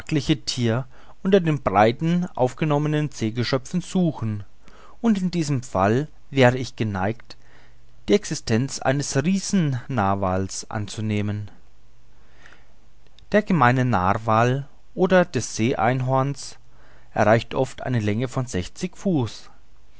unter den bereits aufgenommenen seegeschöpfen suchen und in diesem fall wäre ich geneigt die existenz eines riefen narwals anzunehmen der gemeine narwal oder das see einhorn erreicht oft eine länge von sechzig fuß